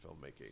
filmmaking